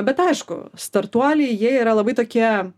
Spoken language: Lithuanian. bet aišku startuoliai jie yra labai tokie